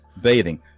bathing